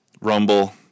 Rumble